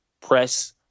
press